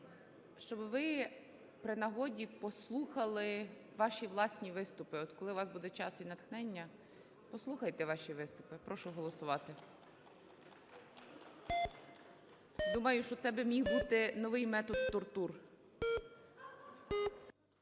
щоби ви при нагоді послухали ваші власні виступи. От коли у вас буде час і натхнення, послухайте ваші виступи. Прошу голосувати. Думаю, що це міг би бути новий метод тортур.